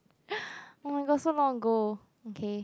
oh my god so long ago okay